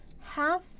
half